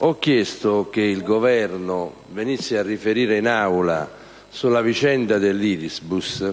ho chiesto che il Governo venisse a riferire in Aula sulla vicenda dell'Irisbus